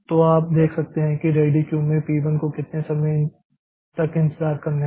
तो आप देख सकते हैं कि रेडी क्यू में P 1 को कितने समय तक इंतजार करना है